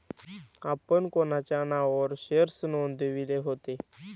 आपण कोणाच्या नावावर शेअर्स नोंदविले होते?